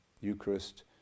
Eucharist